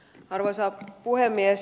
arvoisa puhemies